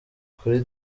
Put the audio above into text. kuri